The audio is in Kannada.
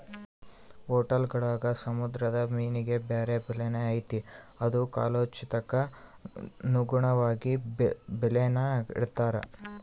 ಹೊಟೇಲ್ಗುಳಾಗ ಸಮುದ್ರ ಮೀನಿಗೆ ಬ್ಯಾರೆ ಬೆಲೆನೇ ಐತೆ ಅದು ಕಾಲೋಚಿತಕ್ಕನುಗುಣವಾಗಿ ಬೆಲೇನ ಇಡ್ತಾರ